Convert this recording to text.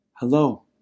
Hello